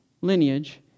lineage